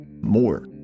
more